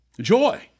joy